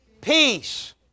peace